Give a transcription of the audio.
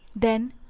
then,